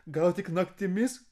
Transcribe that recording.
gal tik naktimis